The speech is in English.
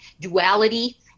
duality